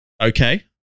okay